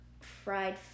fried